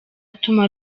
atuma